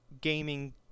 gaming